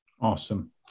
Awesome